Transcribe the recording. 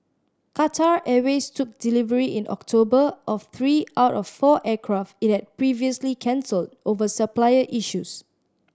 Qatar Airways took delivery in October of three out of four aircraft it had previously cancelled over supplier issues